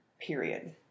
period